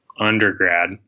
undergrad